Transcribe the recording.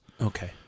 Okay